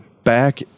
Back